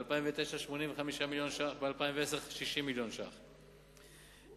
85 מיליון ש"ח ב-2009 ו-60 מיליון ש"ח ב-2010,